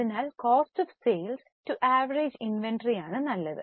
അതിനാൽ cost of sales to average inventory ആണ് നല്ലത്